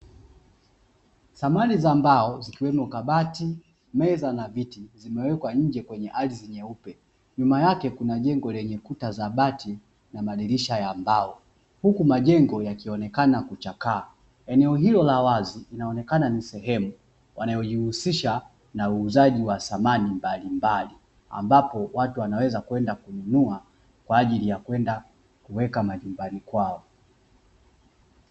Samani za mbao zikiwemo kabati, meza, na viti zimewekwa nje kwenye ardhi nyeupe. Nyuma yake kuna jengo lenye kuta zabati na madirisha ya mbao huku majengo yakionekana kuchakaa eneo hilo la wazi inaonekana ni sehemu wanayojihusisha na uuzaji wa samani mbali mbali ambapo watu wanaweza kwenda kununua kwa ajili ya kwenda kuweka majumbani kwao.